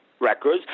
records